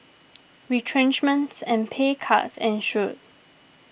retrenchments and pay cuts ensued